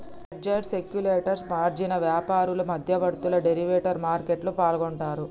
hedgers, speculators, margin వ్యాపారులు, మధ్యవర్తులు derivative మార్కెట్లో పాల్గొంటరు